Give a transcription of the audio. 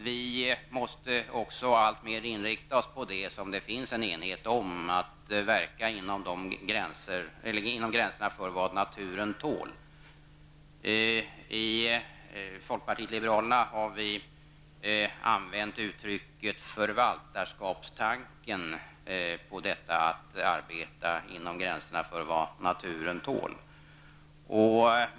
Vi måste också alltmer inrikta oss på det som det finns enhet om, nämligen att verka inom gränserna för vad naturen tål. Vi har i folkpartiet liberalerna använt uttrycket förvaltarskapstanken om detta att arbeta inom gränserna för vad naturen tål.